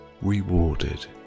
rewarded